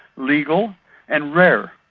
legal and rare.